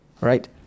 Right